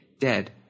dead